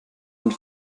und